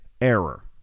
error